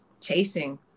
chasing